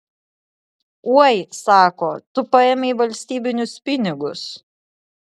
oi sako tu paėmei valstybinius pinigus